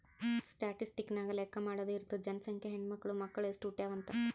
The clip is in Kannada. ಸ್ಟ್ಯಾಟಿಸ್ಟಿಕ್ಸ್ ನಾಗ್ ಲೆಕ್ಕಾ ಮಾಡಾದು ಇರ್ತುದ್ ಜನಸಂಖ್ಯೆ, ಹೆಣ್ಮಕ್ಳು, ಮಕ್ಕುಳ್ ಎಸ್ಟ್ ಹುಟ್ಯಾವ್ ಅಂತ್